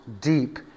deep